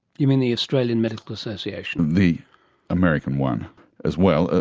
you mean the australian medical association? the american one as well.